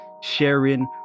sharing